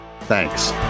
Thanks